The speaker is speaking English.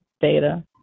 data